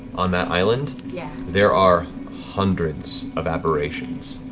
on that island, yeah there are hundreds of aberrations.